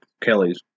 Kelly's